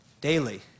Daily